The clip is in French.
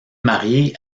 marié